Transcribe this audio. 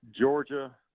Georgia